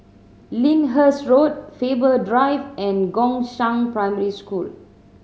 Lyndhurst Road Faber Drive and Gongshang Primary School